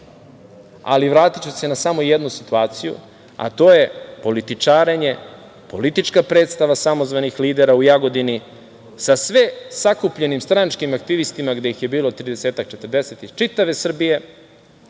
ali vratiću se na samo jednu situaciju, a to je političarenje, politička predstava samozvanih lidera u Jagodini sa sve sakupljenim stranačkim aktivistima gde ih je bilo 30, 40 iz čitave Srbije